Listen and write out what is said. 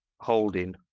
holding